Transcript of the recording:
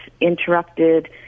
interrupted